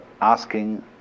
asking